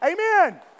Amen